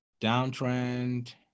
downtrend